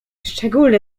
szczególny